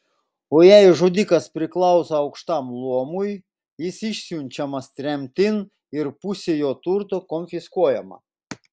o jei žudikas priklauso aukštam luomui jis išsiunčiamas tremtin ir pusė jo turto konfiskuojama